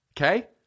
Okay